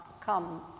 come